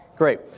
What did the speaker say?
Great